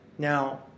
Now